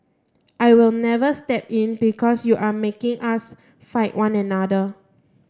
I will never step in because you are making us fight one another